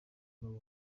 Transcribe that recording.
movie